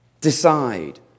decide